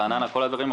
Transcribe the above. רעננה וכל שאר הדברים,